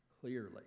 clearly